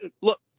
look